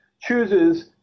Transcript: chooses